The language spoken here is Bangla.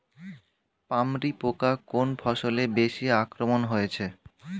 পামরি পোকা কোন ফসলে বেশি আক্রমণ হয়েছে?